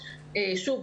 שוב,